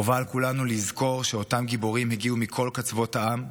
חובה על כולנו לזכור שאותם גיבורים הגיעו מכל קצוות העם,